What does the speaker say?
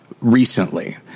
recently